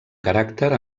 caràcter